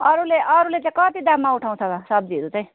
अरूले अरूले चाहिँ कति दाममा उठाउँछ सब्जीहरू चाहिँ